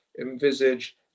envisage